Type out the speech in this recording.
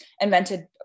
invented